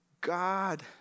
God